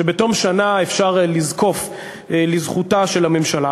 שבתום שנה אפשר לזקוף לזכותה של הממשלה.